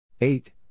eight